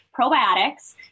Probiotics